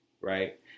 right